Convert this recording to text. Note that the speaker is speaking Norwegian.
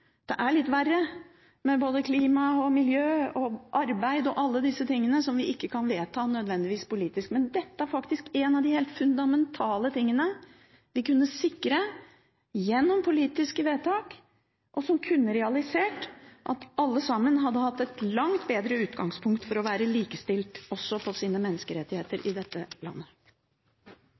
Det er litt verre med både klima, miljø, arbeid og alle disse tingene, som vi ikke nødvendigvis kan vedta politisk. Men dette er faktisk en av de helt fundamentale tingene vi kunne sikret gjennom politiske vedtak, og som kunne realisert at alle sammen hadde hatt et langt bedre utgangspunkt for å være likestilt også med tanke på menneskerettigheter i dette landet.